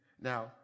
Now